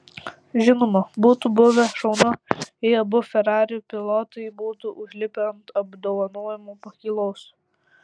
žinoma būtų buvę šaunu jei abu ferrari pilotai būtų užlipę ant apdovanojimų pakylos